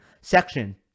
section